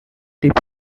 dip